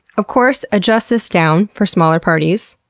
of course, adjust this down for smaller parties.